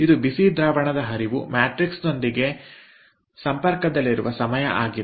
ಇದು ಬಿಸಿ ದ್ರಾವಣದ ಹರಿವು ಮ್ಯಾಟ್ರಿಕ್ಸ್ನೊಂದಿಗೆ ಸಂಪರ್ಕದಲ್ಲಿರುವ ಸಮಯ ಆಗಿದೆ